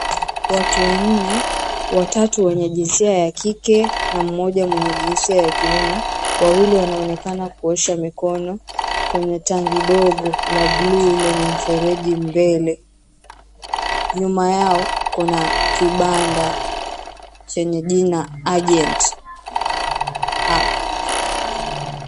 Watu wanne, watatu wenye jinsia ya kike na mmoja mwenye jinsia ya kiume. Wawili wanaonekana kuosha mkono kwenye tangi dogo la blue lenye mfereji mbele. Nyuma yao kuna kibanda chenye jina Agent hapo.